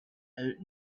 out